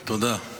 תודה.